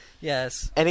Yes